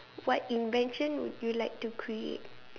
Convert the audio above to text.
what invention would you like to create